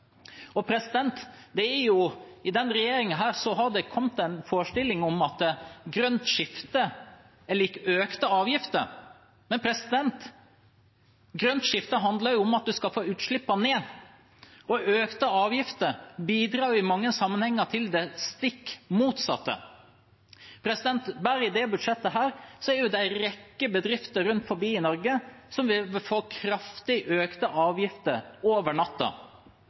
I denne regjeringen har det vært en forestilling om at grønt skifte er lik økte avgifter, men grønt skifte handler om at en skal få utslippene ned, og økte avgifter bidrar jo i mange sammenhenger til det stikk motsatte. Bare i dette budsjettet er det en rekke bedrifter rundt omkring i Norge som vil få kraftig økte avgifter over